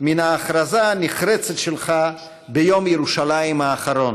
מן ההכרזה הנחרצת שלך ביום ירושלים האחרון: